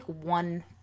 one